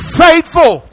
faithful